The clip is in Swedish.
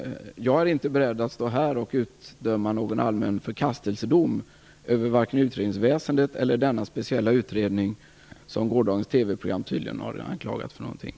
Jag är inte beredd att utdöma någon allmän förkastelsedom över vare sig utredningsväsendet eller den speciella utredning som gårdagens TV-program tydligen har riktat anklagelser mot.